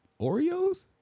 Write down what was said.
Oreos